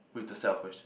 with the set of question